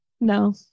No